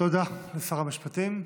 תודה לשר המשפטים.